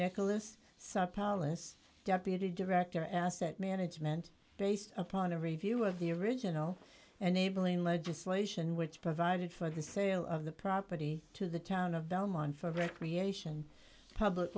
palace deputy director asset management based upon a review of the original unable in legislation which provided for the sale of the property to the town of belmont for recreation public